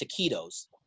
taquitos